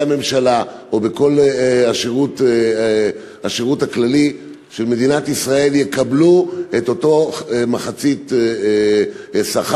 הממשלה או בכל השירות הכללי של מדינת ישראל יקבלו את אותה מחצית שכר.